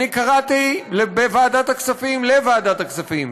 אני קראתי בוועדת הכספים לוועדת הכספים,